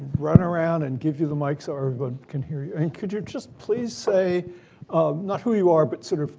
run around and give you the mic so everyone but can hear you. and could you just please say not who you are, but sort of